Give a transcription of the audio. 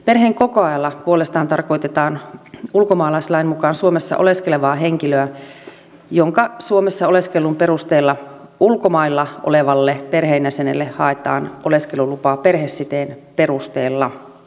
perheenkokoajalla puolestaan tarkoitetaan ulkomaalaislain mukaan suomessa oleskelevaa henkilöä jonka suomessa oleskelun perusteella ulkomailla olevalle perheenjäsenelle haetaan oleskelulupaa perhesiteen perusteella